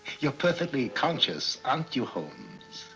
you're perfectly conscious aren't you, holmes?